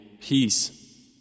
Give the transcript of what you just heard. peace